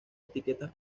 etiquetas